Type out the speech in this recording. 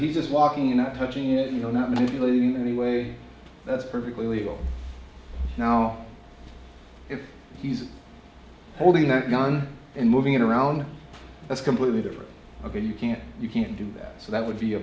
he's just walking in not touching you know not manipulating anyway that's perfectly legal now if he's holding that gun and moving it around that's completely different ok you can't you can't do that so that would be a